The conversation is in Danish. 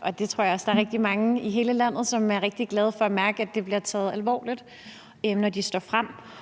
og jeg tror også, der er rigtig mange i hele landet, som er rigtig glade for at mærke, at det bliver taget alvorligt, når de står frem.